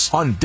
on